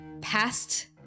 past